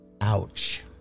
Ouch